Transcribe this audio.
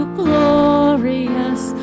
glorious